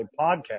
podcast